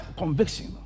conviction